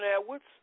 Edwards